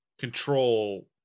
control